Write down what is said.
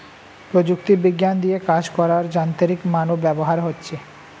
প্রযুক্তি বিজ্ঞান দিয়ে কাজ করার যান্ত্রিক মানব ব্যবহার হচ্ছে